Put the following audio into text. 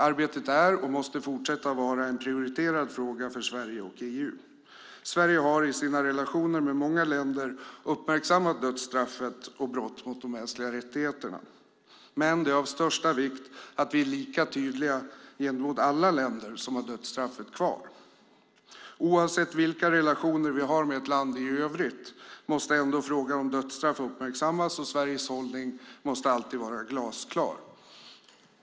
Arbetet är och måste fortsätta att vara en prioriterad fråga för Sverige och EU. Sverige har i sina relationer med många länder uppmärksammat dödsstraffet och brott mot de mänskliga rättigheterna. Men det är av största vikt att vi är lika tydliga gentemot alla länder som har dödsstraffet kvar. Oavsett vilka relationer vi har med ett land i övrigt måste ändå frågan om dödsstraff uppmärksammas, och Sveriges hållning måste alltid vara glasklar.